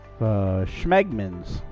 Schmegman's